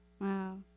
Wow